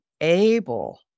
able